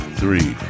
three